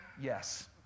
Yes